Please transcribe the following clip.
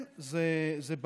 כן, זה בעיה.